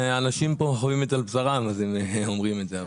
האנשים פה חווים את זה על בשרם אז הם אומרים את זה.